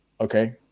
Okay